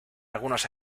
algunos